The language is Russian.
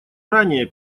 ранее